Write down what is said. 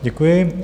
Děkuji.